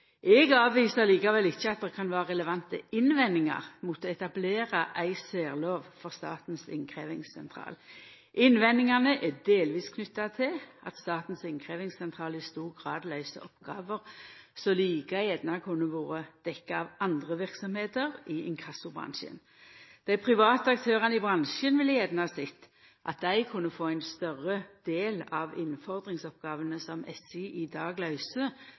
Eg avviser likevel ikkje at det kan vera relevante innvendingar mot å etablera ei særlov for Statens innkrevjingssentral. Innvendingane er delvis knytte til at Statens innkrevjingssentral i stor grad løyser oppgåver som like gjerne kunne vore dekte av andre verksemder i inkassobransjen. Dei private aktørane i bransjen ville gjerne sett at dei kunne få ein større del av innfordringsoppgåvene som SI i dag